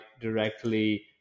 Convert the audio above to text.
directly